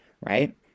right